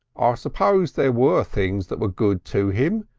ah suppose there were things that were good to him,